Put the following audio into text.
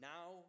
Now